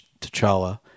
T'Challa